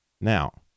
Now